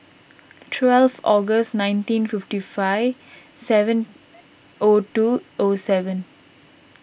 twelve August nineteen fifty five seven O two O seven